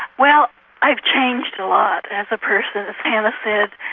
well i've changed a lot as a person, as hannah said.